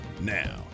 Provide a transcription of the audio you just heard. Now